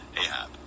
Ahab